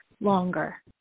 longer